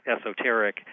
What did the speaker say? esoteric